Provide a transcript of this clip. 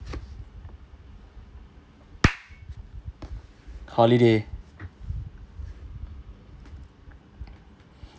holiday